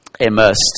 immersed